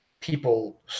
people